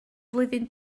flwyddyn